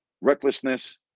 recklessness